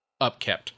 upkept